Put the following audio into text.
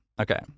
Okay